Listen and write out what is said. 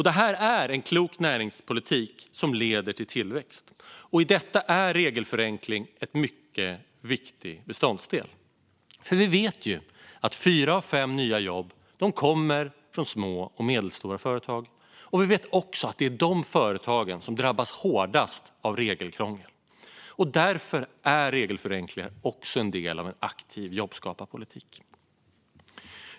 Det här är en klok näringspolitik som leder till tillväxt, och i detta är regelförenkling en mycket viktig beståndsdel. Vi vet nämligen att fyra av fem nya jobb uppstår i små och medelstora företag - och vi vet även att det är de företagen som drabbas hårdast av regelkrångel. Därför är regelförenkling också en del av en aktiv jobbskaparpolitik.